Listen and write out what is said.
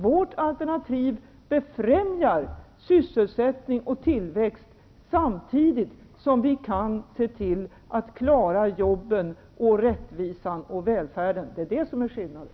Vårt altenativ befrämjar sysselsättning och tillväxt samtidigt som vi kan se till att klara jobben, rättvisan och välfärden. Detta är skillnaden.